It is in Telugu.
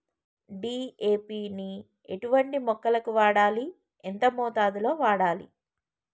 డీ.ఏ.పి ని ఎటువంటి మొక్కలకు వాడాలి? ఎంత మోతాదులో వాడాలి?